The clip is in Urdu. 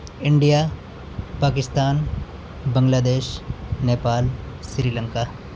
India Pakistan Bangladesh Nepal Sri Lanka